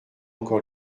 encore